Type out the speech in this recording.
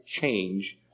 change